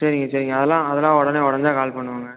சரிங்க சரிங்க அதெலாம் அதெலாம் உடனே உடனே கால் பண்ணுவேங்க